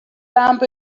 lamp